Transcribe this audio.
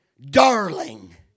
darling